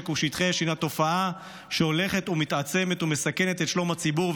ושטחי אש היא תופעה שהולכת ומתעצמת ומסכנת את שלום הציבור,